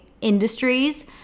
industries